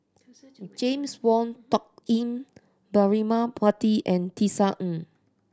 James Wong Tuck Yim Braema Mathi and Tisa Ng